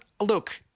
look